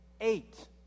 Eight